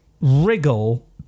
wriggle